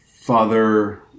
father